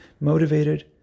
motivated